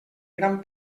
gran